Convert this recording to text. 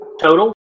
total